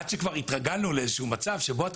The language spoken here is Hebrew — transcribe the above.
עד שכבר התרגלנו לאיזשהו מצב שבו אתה